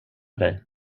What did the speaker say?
dig